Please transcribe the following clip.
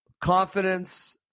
confidence